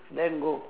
then go